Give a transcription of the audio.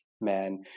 man